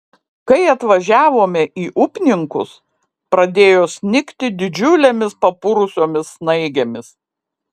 kai atvažiavome į upninkus pradėjo snigti didžiulėmis papurusiomis snaigėmis